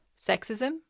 Sexism